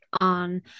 on